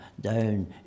down